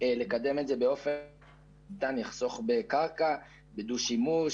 לקדם את זה באופן שיחסוך בקרקע באמצעות דו-שימוש.